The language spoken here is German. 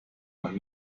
man